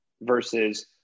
versus